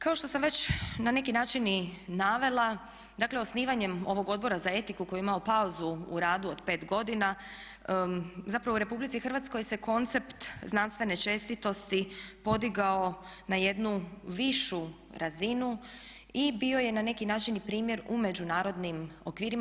Kao što sam već na neki način i navela dakle osnivanjem ovog Odbora za etiku koji je imao pauzu u radu od 5 godina zapravo u RH se koncept znanstvene čestitosti podigao na jednu višu razinu i bio je na neki način i primjer u međunarodnim okvirima.